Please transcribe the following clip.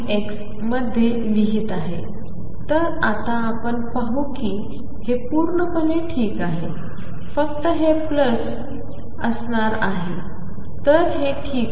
तर आता आपण पाहू की हे पूर्णपणे ठीक आहे फक्त हे चिन्ह असणार आहे तर हे ठीक आहे